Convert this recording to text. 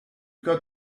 got